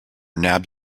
nabbed